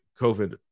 COVID